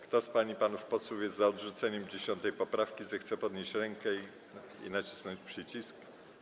Kto z pań i panów posłów jest za odrzuceniem 10. poprawki, zechce podnieść rękę i nacisnąć przycisk.